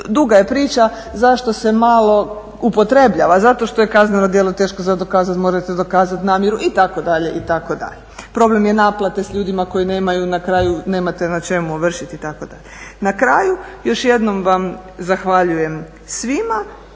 duga je priča zašto se malo upotrebljava. Zato što je kazneno djelo teško za dokazat, morate dokazat namjeru itd., itd. Problem je naplate s ljudima koji nemaju na kraju, nemate na čemu ovršiti itd. Na kraju još jednom vam zahvaljujem svima